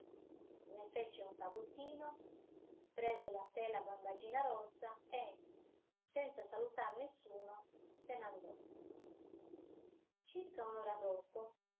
ne fece un fagottino prese la tela bambagina rossa e senza salutar nessuno se n'andò circa un'ora dopo